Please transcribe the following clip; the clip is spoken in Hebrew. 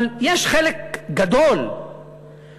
אבל יש חלק גדול שהוא